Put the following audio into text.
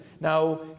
Now